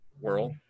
world